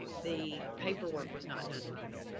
the paperwork was not done right.